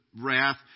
wrath